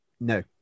No